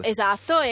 Esatto